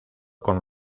con